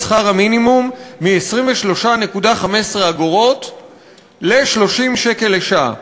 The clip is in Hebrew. שכר המינימום מ-23.15 שקלים ל-30 שקל לשעה.